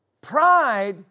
Pride